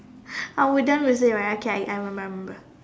oh we're done with it right okay I I remember